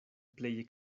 pleje